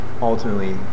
ultimately